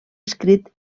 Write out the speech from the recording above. escrit